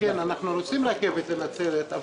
אנחנו רוצים רכבת לנצרת,